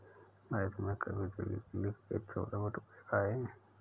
भाई तुमने कभी दिल्ली के छोले भटूरे खाए हैं?